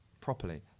properly